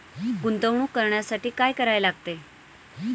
गुंतवणूक करण्यासाठी काय करायला लागते?